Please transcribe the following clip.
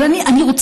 אבל אני רוצה,